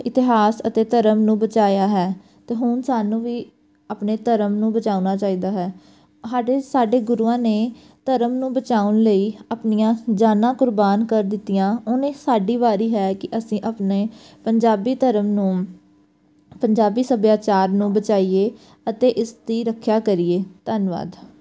ਇਤਿਹਾਸ ਅਤੇ ਧਰਮ ਨੂੰ ਬਚਾਇਆ ਹੈ ਅਤੇ ਹੁਣ ਸਾਨੂੰ ਵੀ ਆਪਣੇ ਧਰਮ ਨੂੰ ਬਚਾਉਣਾ ਚਾਹੀਦਾ ਹੈ ਸਾਡੇ ਸਾਡੇ ਗੁਰੂਆਂ ਨੇ ਧਰਮ ਨੂੰ ਬਚਾਉਣ ਲਈ ਆਪਣੀਆਂ ਜਾਨਾਂ ਕੁਰਬਾਨ ਕਰ ਦਿੱਤੀਆਂ ਹੁਣ ਇਹ ਸਾਡੀ ਵਾਰੀ ਹੈ ਕਿ ਅਸੀਂ ਆਪਣੇ ਪੰਜਾਬੀ ਧਰਮ ਨੂੰ ਪੰਜਾਬੀ ਸੱਭਿਆਚਾਰ ਨੂੰ ਬਚਾਈਏ ਅਤੇ ਇਸ ਦੀ ਰੱਖਿਆ ਕਰੀਏ ਧੰਨਵਾਦ